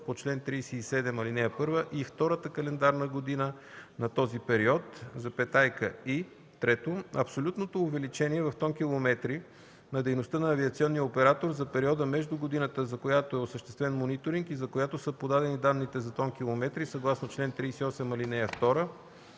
по чл. 37, ал. 1, и втората календарна година на този период, и 3. абсолютното увеличение в тонкилометри на дейността на авиационния оператор за периода между годината, за която е осъществен мониторинг и за която са подадени данните за тонкилометрите съгласно чл. 38, ал. 2